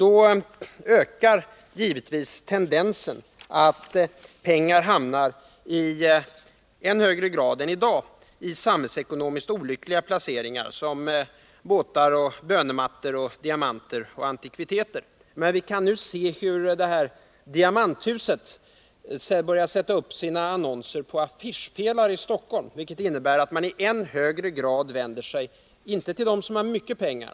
Då ökar givetvis tendensen att pengar i än högre grad än i dag placeras samhällsekonomiskt olyckligt såsom i båtar, bönemattor, diamanter och antikviteter. — Vi kan nu se hur Diamanthuset börjar sätta upp sina annonser på affischpelare i Stockholm, vilket innebär att man i än högre grad vänder sig till småsparare och inte till dem som har mycket pengar.